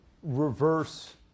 reverse